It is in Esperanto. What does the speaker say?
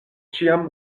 ĉiam